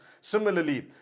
Similarly